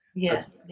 Yes